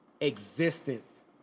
existence